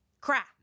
crap